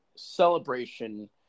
celebration